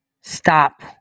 stop